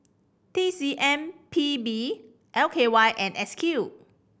T C M P B L K Y and S Q